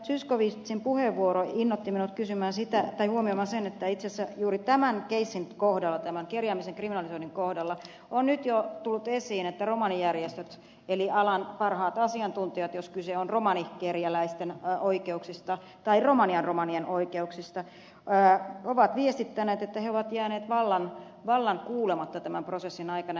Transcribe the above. zyskowiczin puheenvuoro innoitti minut huomioimaan sen että itse asiassa juuri tämän keissin tämän kerjäämisen kriminalisoinnin kohdalla on nyt jo tullut esiin että romanijärjestöt eli alan parhaat asiantuntijat jos kyse on romanikerjäläisten oikeuksista tai romanian romanien oikeuksista ovat viestittäneet että he ovat jääneet vallan kuulematta tämän prosessin aikana